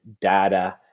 data